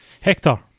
Hector